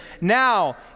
now